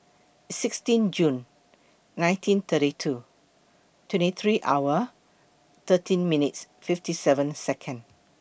sixteen June nineteen thirty two twenty three hour thirteen minutes fifty seven Second